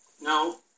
No